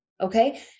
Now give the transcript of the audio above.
Okay